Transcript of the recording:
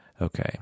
Okay